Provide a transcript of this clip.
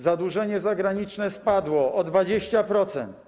Zadłużenie zagraniczne spadło o 20%.